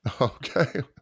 Okay